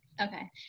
okay